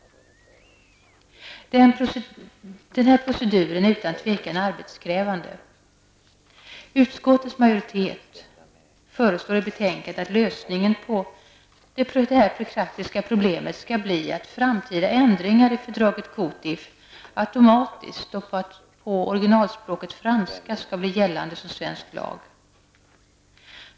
Denna procedur är utan tvivel arbetskrävande. Utskottets majoritet föreslår i betänkandet att lösningen på detta praktiska problem skall bli att framtida ändringar i COTIF automatiskt och på originalspråket franska skall bli gällande som svensk lag.